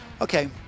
okay